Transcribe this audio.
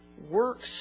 works